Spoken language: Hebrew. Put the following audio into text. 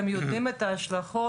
אתם יודעים מה ההשלכות,